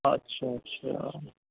اچھا اچھا